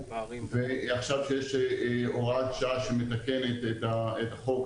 ועכשיו כשיש הוראת שעה שמתקנת את החוק,